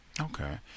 Okay